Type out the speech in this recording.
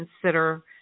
consider